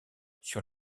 sur